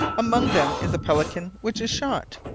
among them is a pelican which is shot.